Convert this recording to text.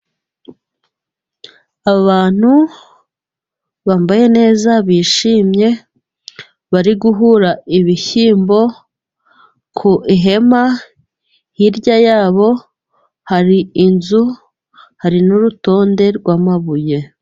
Abantu bambaye neza bishimye bari guhura ibishyimbo ku ihema, hirya ya bo hari inzu hari n'urutonde rw'amabuye.